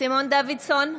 סימון דוידסון,